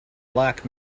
black